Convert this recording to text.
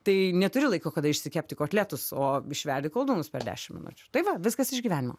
tai neturi laiko kada išsikepti kotletus o išverdi koldūnus per dešim minučių tai va viskas iš gyvenimo